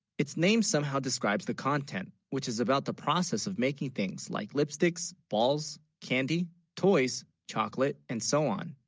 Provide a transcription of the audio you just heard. its name somehow, describes the content which is about the process of making things, like, lipsticks balls candy toys chocolate and so on?